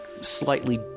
Slightly